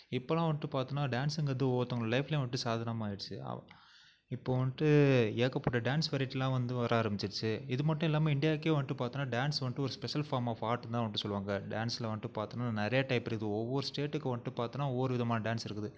இப்பெல்லாம் வந்துட்டு பார்த்தோன்னா டான்ஸ்ஸுங்கிறது ஒவ்வொருத்தங்கள் லைஃப்லேயும் வந்துட்டு சாதாரணமாகிடுச்சு அ இப்போது வந்துட்டு ஏகப்பட்ட டான்ஸ் வெரைட்டியெல்லாம் வந்து வர ஆரம்பிச்சுருச்சு இது மட்டும் இல்லாமல் இண்டியாவுக்கே வந்துட்டு பார்த்தோன்னா டான்ஸ் வந்துட்டு ஒரு ஸ்பெஷல் ஃபார்ம் ஆஃப் ஆர்ட்டு தான் வந்துட்டு சொல்லுவாங்கள் டான்ஸ்சில் வந்துட்டு பார்த்தோன்னா நிறையா டைப் இருக்குது ஒவ்வொரு ஸ்டேட்டுக்கு வந்துட்டு பார்த்தோன்னா ஒவ்வொரு விதமான டான்ஸ் இருக்குது